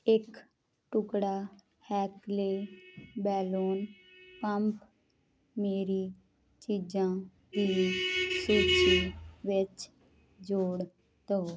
ਇੱਕ ਟੁਕੜਾ ਹੈਂਕਲੇ ਬੈਲੂਨ ਪੰਪ ਮੇਰੀ ਚੀਜ਼ਾਂ ਦੀ ਸੂਚੀ ਵਿੱਚ ਜੋੜ ਦਵੋ